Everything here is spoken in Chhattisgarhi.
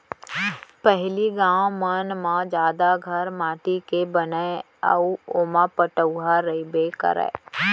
पहिली गॉंव मन म जादा घर माटी के बनय अउ ओमा पटउहॉं रइबे करय